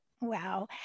Wow